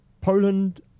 Poland